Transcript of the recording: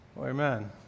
amen